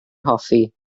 hoffi